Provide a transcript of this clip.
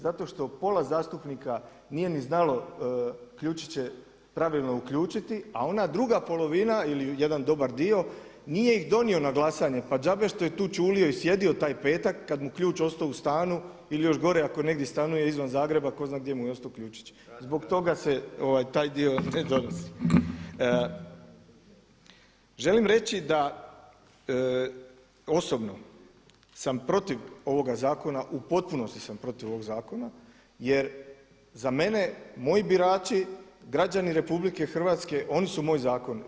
Zato što pola zastupnika nije ni znalo ključiće pravilno uključiti a ona druga polovina ili jedan dobar dio nije ih donio na glasanje, pa đžaba što je tu ćulio i sjedio taj petak kada mu je ključ ostao u stanu ili još gore ako negdje stanuje izvan Zagreba, tko zna gdje mu je ostao ključić, zbog toga se taj dio … Želim reći da, osobno sam protiv ovoga zakona, u potpunosti sam protiv ovoga zakona jer za mene, moji birači, građani RH oni su moj zakon.